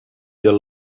their